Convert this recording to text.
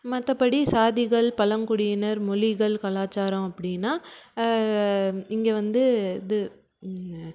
மற்றபடி சாதிகள் பழங்குடியினர் மொழிகள் கலாச்சாரம் அப்படின்னா இங்கே வந்து இது